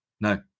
No